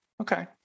Okay